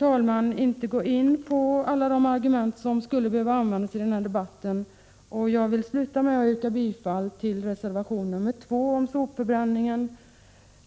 Jag hinner inte gå in på alla de argument som skulle behöva användas i den här debatten, och jag vill därför sluta med att yrka bifall till reservation 2 om sopförbränning,